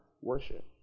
worship